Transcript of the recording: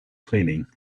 cleaning